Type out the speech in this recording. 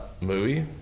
movie